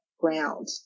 ground